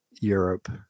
Europe